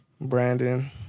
Brandon